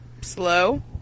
slow